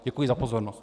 Děkuji za pozornost.